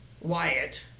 Wyatt